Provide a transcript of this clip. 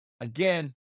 Again